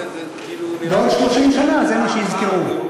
בעוד 30 שנה זה מה שיזכרו.